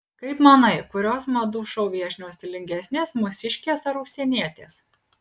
kaip manai kurios madų šou viešnios stilingesnės mūsiškės ar užsienietės